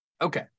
okay